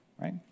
right